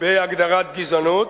בהגדרת גזענות,